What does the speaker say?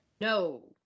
No